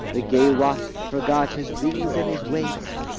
the gay wasp forgot his rings and his waist,